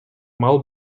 мал